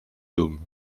dôme